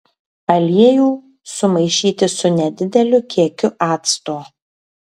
aliejų sumaišyti su nedideliu kiekiu acto